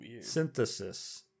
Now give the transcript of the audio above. Synthesis